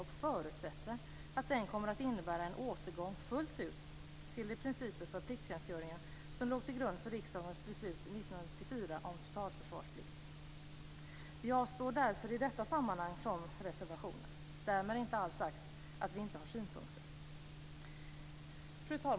Vi förutsätter att den kommer att innebära en återgång fullt ut till de principer för plikttjänstgöringen som låg till grund för riksdagens beslut 1994 om totalförsvarsplikt. Vi avstår därför i detta sammanhang från reservationer. Därmed inte alls sagt att vi inte har synpunkter. Fru talman!